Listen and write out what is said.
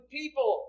people